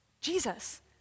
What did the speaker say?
Jesus